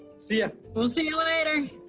see ah but see you later.